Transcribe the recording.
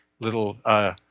little